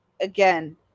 again